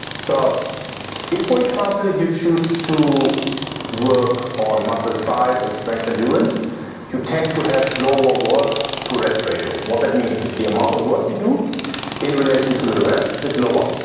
so if for example you choose to to work on muscle size and strength endurance you tend to have low work to rest ratios. what that means it's the amount of work you do in relation to the rest is lower.